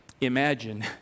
imagine